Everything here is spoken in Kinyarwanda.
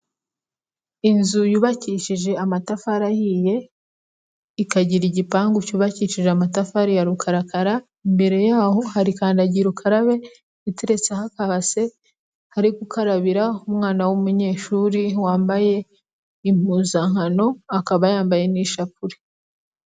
Inzu yubakishije amatafari ahiye, ikagira igipangu cyubakishije amatafari ya rukarakara. Imbere yaho hari kandagira ukarabe iteretseho akabase, hari gukarabira umwana w'umunyeshuri, wambaye impuzankano akaba yambaye n'ishapure.